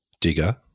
Digger